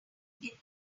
many